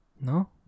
No